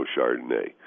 Chardonnay